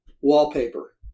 wallpaper